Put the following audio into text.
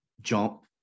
jump